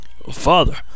Father